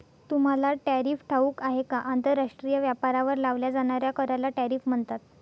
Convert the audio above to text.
तुम्हाला टॅरिफ ठाऊक आहे का? आंतरराष्ट्रीय व्यापारावर लावल्या जाणाऱ्या कराला टॅरिफ म्हणतात